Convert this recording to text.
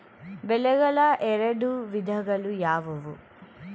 ಬೆಳೆಗಳ ಎರಡು ವಿಧಗಳು ಯಾವುವು?